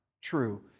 True